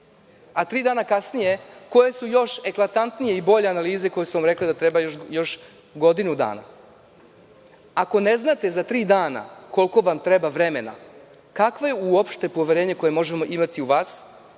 a tri dana kasnije, koje su još eklatantnije i bolje analize za koje su vam rekli da treba još godinu dana. Ako ne znate za tri dana koliko vam treba vremena, kakvo je uopšte poverenje koje možemo imati u vas